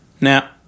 Now